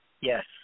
Yes